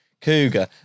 Cougar